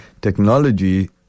Technology